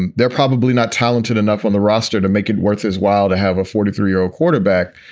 and they're probably not talented enough on the roster to make it worth his while to have a forty three year old quarterback.